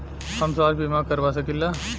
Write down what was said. हम स्वास्थ्य बीमा करवा सकी ला?